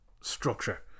structure